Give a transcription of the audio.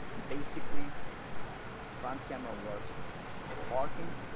basically front camera works for parking,